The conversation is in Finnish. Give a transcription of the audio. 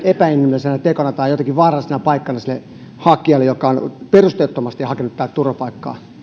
epäinhimillisenä tekona tai se paikka jotenkin vaarallisena sille hakijalle joka on perusteettomasti hakenut täältä turvapaikkaa